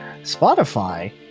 Spotify